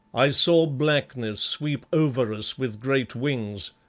i saw blackness sweep over us with great wings,